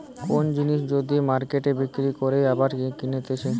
কোন জিনিস যদি মার্কেটে বিক্রি করে আবার কিনতেছে